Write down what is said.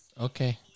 Okay